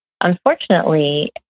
unfortunately